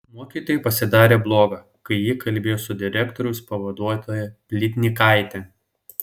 mokytojai pasidarė bloga kai ji kalbėjo su direktoriaus pavaduotoja plytnikaite